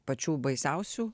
pačių baisiausių